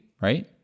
right